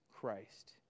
Christ